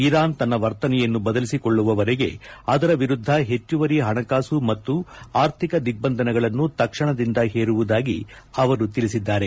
Iran ತನ್ನ ವರ್ತನೆಯನ್ನು ಬದಲಿಸಿಕೊಳ್ಳುವವರೆಗೆ ಅದರ ವಿರುದ್ದ ಹೆಚ್ಚುವರಿ ಹಣಕಾಸು ಮತ್ತು ಆರ್ಥಿಕ ದಿಗ್ಬಂಧನಗಳನ್ನು ತಕ್ಷಣದಿಂದ ಹೇರುವುದಾಗಿ ಅವರು ತಿಳಿಸಿದ್ದಾರೆ